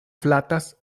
flatas